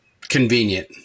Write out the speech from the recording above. convenient